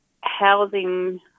housing